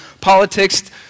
politics